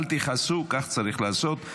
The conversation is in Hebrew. אל תכעסו, כך צריך לעשות.